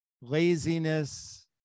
laziness